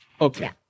Okay